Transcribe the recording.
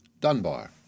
Dunbar